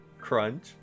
Crunch